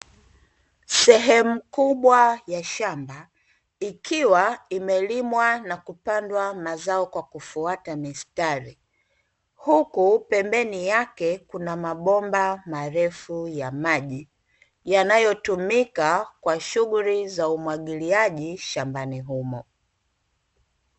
Sehemu kubwa ya shamba ikiwa imelimwa na kupandwa mazao kwa kufuata mistari, huku pembeni yake kuna mabomba marefu ya maji yanayotumika kwa shughuli za umwagiliaji shambani humo.